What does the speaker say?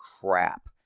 crap